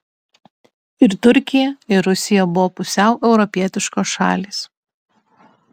ir turkija ir rusija buvo pusiau europietiškos šalys